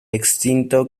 extinto